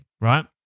right